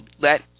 let